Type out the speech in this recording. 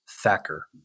thacker